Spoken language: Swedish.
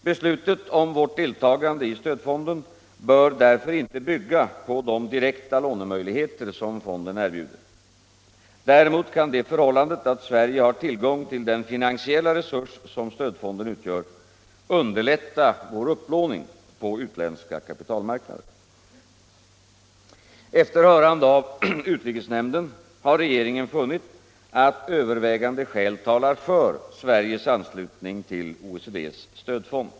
Beslutet om vårt deltagande i stödfonden bör därför inte bygga på de direkta lånemöjligheter som fonden erbjuder. Däremot kan det förhållandet att Sverige har tillgång till den finansiella resurs, som stödfonden utgör, underlätta vår upplåning på utländska kapitalmarknader. Efter hörande av utrikesnämnden har regeringen funnit att övervägande skäl talar för Sveriges anslutning till OECD:s stödfond.